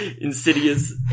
insidious